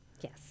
Yes